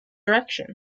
direction